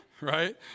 Right